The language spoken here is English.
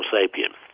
sapiens